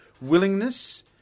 willingness